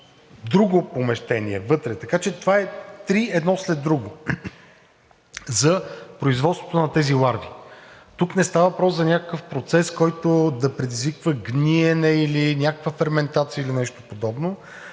друго помещение вътре. Така че това са три едно след друго за производството на тези ларви. Тук не става въпрос за някакъв процес, който да предизвиква гниене или някаква ферментация, или нещо подобно.